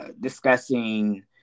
discussing